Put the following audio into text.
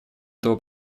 этого